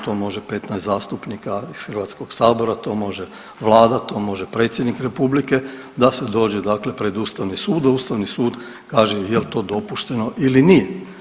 To može 15 zastupnika iz Hrvatskog sabora, to može vlada, to može predsjednik Republike, da se dođe dakle pred Ustavni sud, da Ustavni sud kaže jel to dopušteno ili nije.